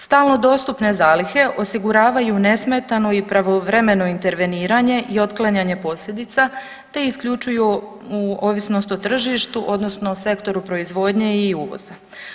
Stalno dostupne zalihe osiguravaju nesmetanu i pravovremeno interveniranje i otklanjanje posljedica te isključuju u ovisnosti o tržištu, odnosno sektoru proizvodnje i uvoza.